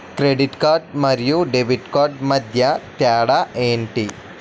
Credit card మరియు debit card మధ్య తేడా ఎంటి?